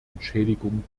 entschädigung